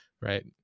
right